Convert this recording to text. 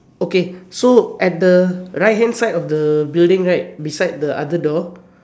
okay so at the right hand side of the building right beside the other door